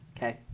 Okay